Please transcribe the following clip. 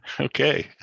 Okay